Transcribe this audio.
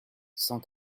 cent